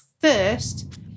first